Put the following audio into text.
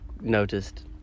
noticed